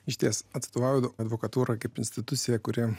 išties atstovauju advokatūrą kaip instituciją kuri